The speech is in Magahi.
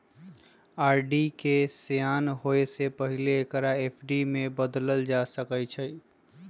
आर.डी के सेयान होय से पहिले एकरा एफ.डी में न बदलल जा सकइ छै